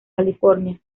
california